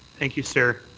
thank you, sir.